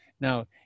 Now